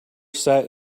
sat